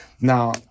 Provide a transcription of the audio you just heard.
Now